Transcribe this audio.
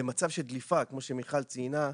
במצב של דליפה, כמו שמיכל ציינה,